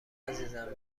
عزیزم